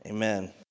Amen